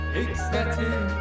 ecstatic